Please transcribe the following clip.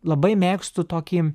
labai mėgstu tokį